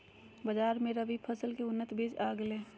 बाजार मे रबी फसल के उन्नत बीज आ गेलय हें